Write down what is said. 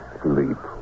sleep